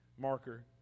marker